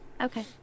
Okay